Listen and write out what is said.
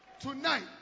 Tonight